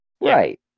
Right